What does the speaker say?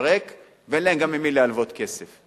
לפרק, ואין להם גם ממי ללוות כסף.